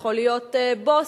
יכול להיות בוס,